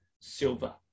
silver